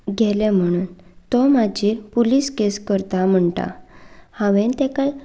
गेलें म्हणून तो म्हजेर पुलीस केस करता म्हणटा हांवें ताका